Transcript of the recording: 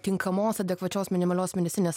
tinkamos adekvačios minimalios mėnesinės